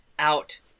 out